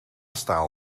staal